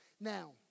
Now